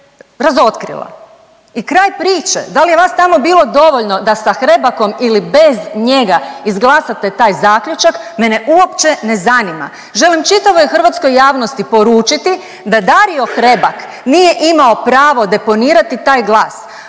razotkrila. I kraj priče. Da li je vas tamo bilo dovoljno da sa Hrebakom ili bez njega izglasate taj zaključak, mene uopće ne zanima. Želim čitavoj hrvatskoj javnosti poručiti da Dario Hrebak nije imao pravo deponirati taj glas,